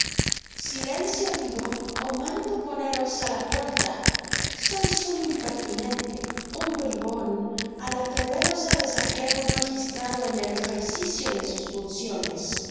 silencio digo ó mando poneros á la puerta sois un impertinente un bribon al atreveros á desafiar un magistrado en el ejercicio de sus funciones